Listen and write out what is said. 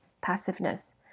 passiveness